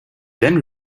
then